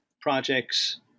projects